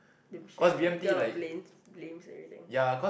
damn shack eh they get a lot of blames blames everything